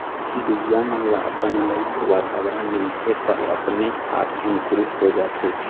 बीजा मन ल अपन लइक वातावरन मिलथे त अपने आप अंकुरित हो जाथे